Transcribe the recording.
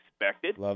expected